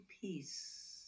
peace